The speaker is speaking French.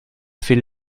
fait